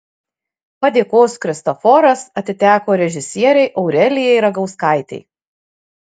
padėkos kristoforas atiteko režisierei aurelijai ragauskaitei